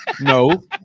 No